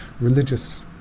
religious